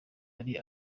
ari